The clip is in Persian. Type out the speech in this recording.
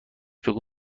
بگو